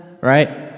right